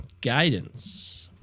guidance